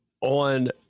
On